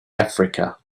africa